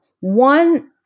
One